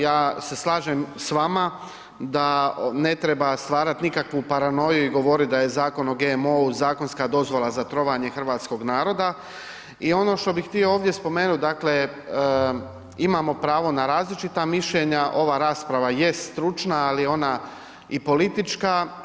Ja se slažem s vama da ne treba stvarati nikakvu paranoju i govoriti da je Zakon o GMO-u zakonska dozvola za trovanje hrvatskog naroda i ono što bih ovdje spomenuti, dakle, imamo pravo na različita mišljenja, ova rasprava jest stručna, ali ona i politička.